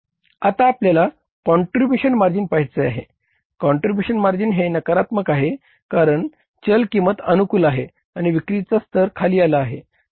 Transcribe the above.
आता आपल्याला contribution margin पहायचे आहे कॉन्ट्रिब्यूशन मार्जिन हे नकारात्मक आहे कारण कारण चल किंमत अनुकूल आहे आणि विक्रीचा स्तर खाली आला आहे